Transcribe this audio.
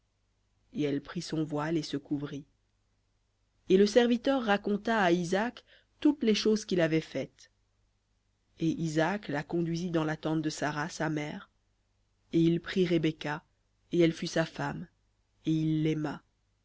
et elle prit son voile et se couvrit et le serviteur raconta à isaac toutes les choses qu'il avait faites et isaac la conduisit dans la tente de sara sa mère et il prit rebecca et elle fut sa femme et il l'aima